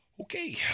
Okay